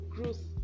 Growth